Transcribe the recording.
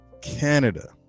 canada